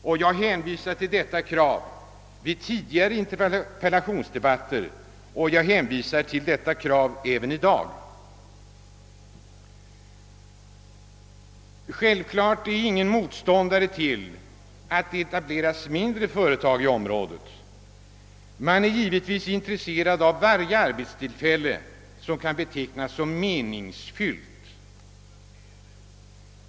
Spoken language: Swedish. Under tidigare interpellationsdebatter har jag hänvisat till dessa krav, och jag hänvisar till det även i dag. Självklart är ingen motståndare till att det etableras mindre företag i området. Man är givetvis intresserad av varje arbetstillfälle som kan betecknas som meningsfullt.